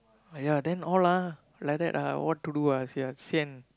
!aiya! then all ah like that ah what to do ah you see ah sian